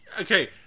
Okay